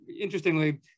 interestingly